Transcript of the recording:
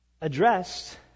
addressed